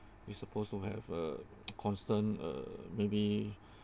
we supposed to have a constant uh maybe